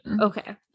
okay